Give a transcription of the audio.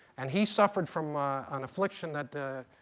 and he suffered from an affliction that